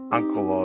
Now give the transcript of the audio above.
Uncle